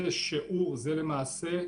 למעשה,